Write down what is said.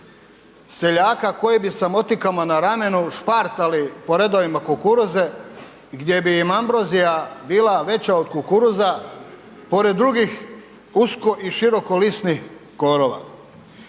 seljaka koji bi sa motikama na ramenu špartali po redovima kukuruze gdje bi im ambrozija bila veća od kukuruza pored drugih usko i širokolisnih korova.